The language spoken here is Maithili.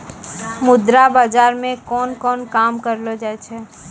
मुद्रा बाजार मे कोन कोन काम करलो जाय छै